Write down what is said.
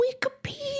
Wikipedia